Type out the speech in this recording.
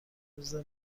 روزه